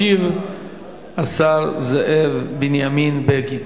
ישיב השר זאב בנימין בגין.